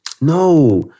No